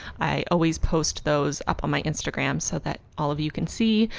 i always post those up on my instagram so that all of you can see,